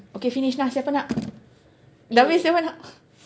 okay finish now siapa nak dah habis siapa nak